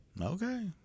Okay